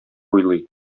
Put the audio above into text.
уйлый